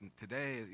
today